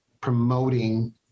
promoting